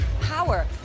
power